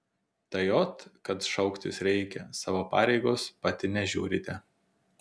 tai ot kad šauktis reikia savo pareigos pati nežiūrite